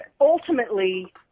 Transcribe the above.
ultimately